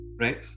right